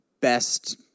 best